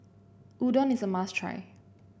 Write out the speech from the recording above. Udon is a must try